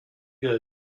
good